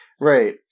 Right